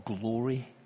Glory